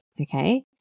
okay